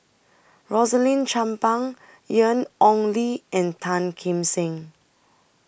Rosaline Chan Pang Ian Ong Li and Tan Kim Seng